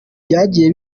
byagiye